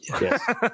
Yes